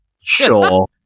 Sure